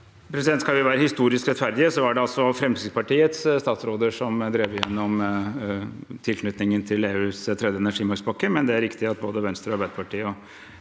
Skal vi være historisk rettferdige, var det Fremskrittspartiets statsråder som drev igjennom tilknytningen til EUs tredje energimarkedspakke. Det er riktig at både Venstre, Arbeiderpartiet og